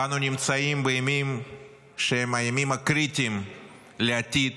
ואנו נמצאים בימים שהם הימים קריטיים לעתיד